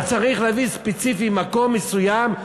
לא צריך להביא ספציפית מקום מסוים,